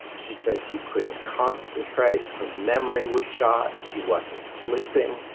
she said she couldn't concentrate, her memory was shot. she wasn't sleeping.